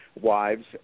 wives